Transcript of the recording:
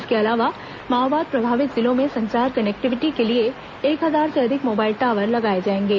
इसके अलावा माओवाद प्रभावित जिलों में संचार कनेक्टिविटी के लिए एक हजार से अधिक मोबाइल टॉवर लगाए जाएंगे